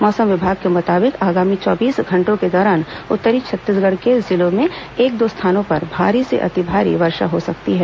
मौसम विभाग के मुताबिक आगामी चौबीस घंटों के दौरान उत्तरी छत्तीसगढ़ के जिलों में एक दो स्थानों पर भारी से अति भारी वर्षा हो सकती है